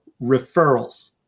referrals